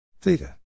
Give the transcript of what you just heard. Theta